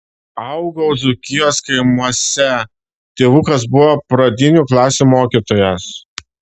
augau dzūkijos kaimuose tėvukas buvo pradinių klasių mokytojas